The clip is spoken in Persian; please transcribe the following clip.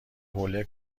حوله